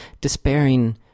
despairing